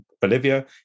Bolivia